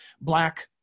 Black